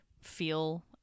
feel